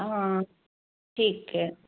ਹਾਂ ਠੀਕ ਹੈ